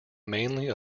mainly